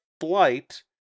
flight